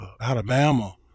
Alabama